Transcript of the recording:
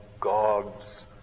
God's